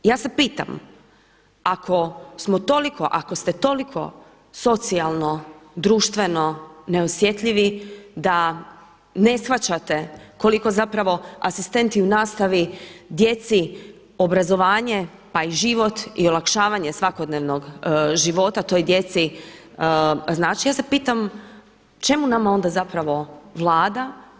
Ja se pitam ako smo toliko, ako ste toliko socijalno društveno neosjetljivi da ne shvaćate koliko zapravo asistenti u nastavi djeci obrazovanje pa i život i olakšavanje svakodnevnog živoga toj djeci znači, ja se pitam čemu nama onda zapravo Vlada.